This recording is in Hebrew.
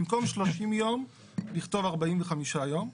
במקום 30 יום לכתוב 45 יום.